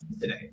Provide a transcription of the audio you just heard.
today